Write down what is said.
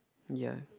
ya